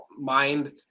mind